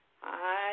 Hi